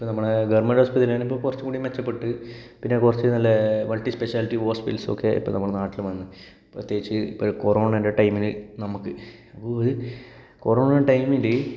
ഇപ്പോൾ നമ്മളുടെ government hospital തന്നെ കുറച്ച് കൂടി മെച്ചപ്പെട്ട് പിന്നെ കുറച്ച് നല്ലേ മൾട്ടിസ്പെഷ്യാലിറ്റി ഹോസ്പിറ്റൽസ് ഒക്കെ ഇപ്പോൾ നമ്മളുടെ നാട്ടില് വന്നു പ്രത്യേകിച്ച് ഇപ്പോൾ ഈ കോറോണെന്റെ ടൈമില് നമുക്ക് ഒര് കോറോണെന്റെ ടൈമില്